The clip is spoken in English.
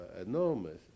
enormous